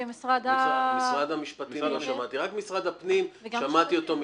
ביאן ותד, אגף תקציבים באוצר.